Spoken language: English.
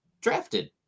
drafted